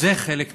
זה חלק ממני.